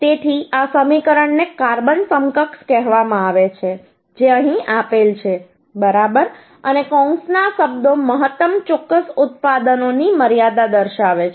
તેથી આ સમીકરણને કાર્બન સમકક્ષ કહેવાય છે જે અહીં આપેલ છે બરાબર અને કૌંસમાંના શબ્દો મહત્તમ ચોક્કસ ઉત્પાદનોની મર્યાદા દર્શાવે છે